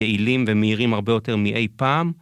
יעילים ומהירים הרבה יותר מאי פעם.